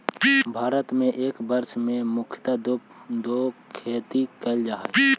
भारत में एक वर्ष में मुख्यतः दो बार खेती कैल जा हइ